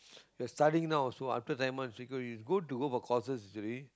you're studying now also after ten months it's good to go for courses actually